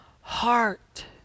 heart